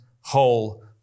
whole